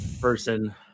person